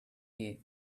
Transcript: here